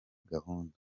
gahunda